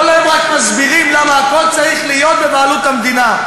כל היום רק מסבירים למה הכול צריך להיות בבעלות המדינה.